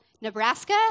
Nebraska